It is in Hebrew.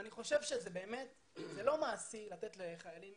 אני חושב שזה לא מעשי לתת לחיילים